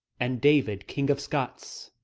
and david, king of scots.